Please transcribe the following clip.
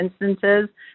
instances